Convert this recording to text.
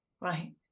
Right